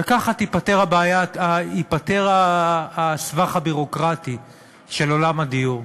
וככה ייפתר הסבך הביורוקרטי של עולם הדיור.